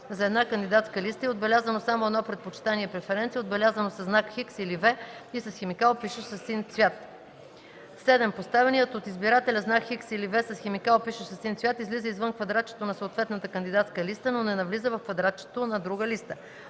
за една кандидатска листа, и е отбелязано само едно предпочитание (преференция), отбелязано със знак „Х” или „V” и с химикал, пишещ със син цвят; 7. поставеният от избирателя знак „Х” или „V” с химикал, пишещ със син цвят, излиза извън квадратчето на съответната кандидатска листа, но не навлиза в квадратчето на друга листа;